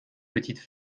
petites